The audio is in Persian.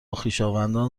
خویشاوندان